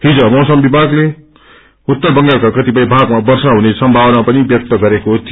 हिज मौसम विभागले उत्तर बंगालका कतिपय भागमा वर्षा हुने सम्भावना पनि ब्यक्त गरेको थियो